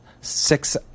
six